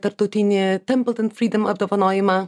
tarptautinį templeton freedom apdovanojimą